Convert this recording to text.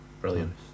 brilliant